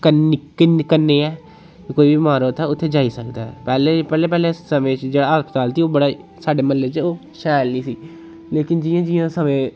कन्नै कन्नै ऐ ते कोई बी बमार होऐ तां उत्थें जाई सकदा ऐ पैह्ले बी पैह्ले पैह्ले समें च जेह्ड़ा हस्पताल सी ओह् साड्डे म्हल्ले च शैल नेईं सी लेकिन जियां जियां समें